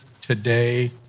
today